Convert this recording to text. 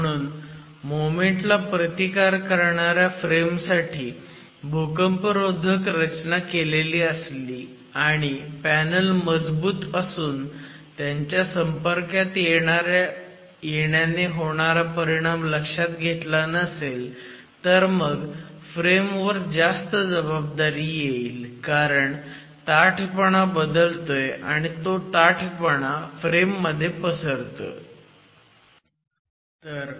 म्हणून मोमेंट ला प्रतिकार करणाऱ्या फ्रेम साठी भूकंपरोधक रचना केलेली असली आणि पॅनल मजबूत असून त्यांच्या संपर्कात येण्याने होणारा परिणाम लक्षात घेतला नसेल तर मग फ्रेम वर जास्त जबाबदारी येईल कारण ताठपणा बदलतोय आणि तो ताठपणा फ्रेम मध्ये पसरेल